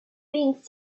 being